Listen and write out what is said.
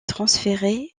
transféré